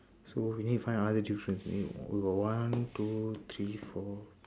so we need to find other difference eh we got one two three four